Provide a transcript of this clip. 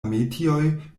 metioj